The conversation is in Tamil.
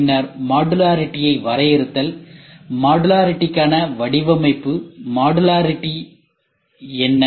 பின்னர் மாடுலரிட்டியை வரையறுத்தல் மாடுலரிட்டிக்கான வடிவமைப்பு மாடுலரிட்டி என்ன